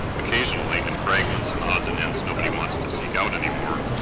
occasionally, in fragments and odds and ends nobody wants to seek out anymore,